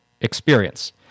experience